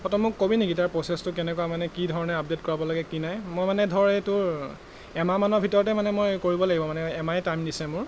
অ' তই মোক ক'বি নেকি তাৰ প্ৰচেছটো কেনেকুৱা মানে কি ধৰণে আপডেট কৰাব লাগে কি নাই মই মানে ধৰ এই তোৰ এমাহমানৰ ভিতৰতে মানে মই কৰিব লাগিব মানে এম আয়ে টাইম দিছে মোৰ